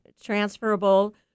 transferable